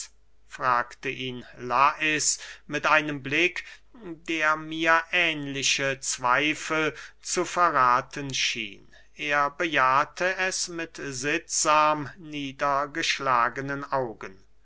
fragte ihn lais mit einem blick der mir ähnliche zweifel zu verrathen schien er bejahete es mit sittsam niedergeschlagenen augen